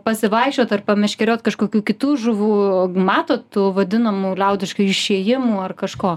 pasivaikščiot ar pameškeriot kažkokių kitų žuvų matot tų vadinamų liaudiškai išėjimų ar kažko